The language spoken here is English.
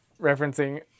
Referencing